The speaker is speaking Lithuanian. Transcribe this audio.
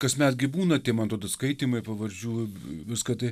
kasmet gi būna tie man atrodo skaitymai pavardžių viską tai